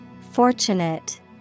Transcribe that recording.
Fortunate